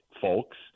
folks